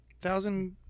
Thousand